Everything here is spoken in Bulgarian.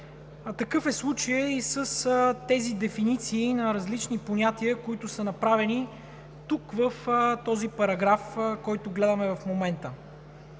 Такъв е случаят и с дефинициите на различни понятия, направени тук, в този параграф, който гледаме в момента.